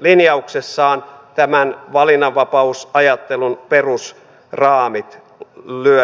linjauksessaan tämän valinnanvapausajattelun perusraamit lyönyt kiinni